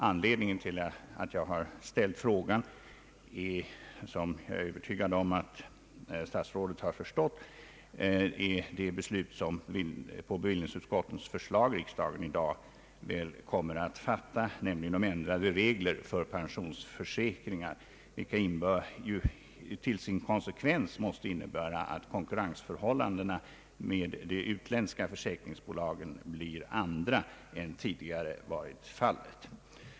Anledningen till att jag ställt frågan är — vilket jag är övertygad om att statsrådet har förstått — det beslut som riksdagen i dag kommer att fatta på förslag från bevillningsutskottet om ändrade regler för pensionsförsäkring, vilka till sin konsekvens måste innebära att konkurrensförhållandena gentemot de utländska försäkringsbolagen blir andra än tidigare varit fallet.